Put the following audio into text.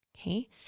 Okay